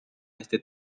este